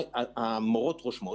לראות מה המורות רושמות.